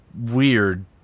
weird